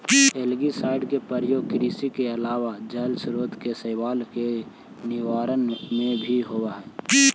algicide के प्रयोग कृषि के अलावा जलस्रोत के शैवाल के निवारण में भी होवऽ हई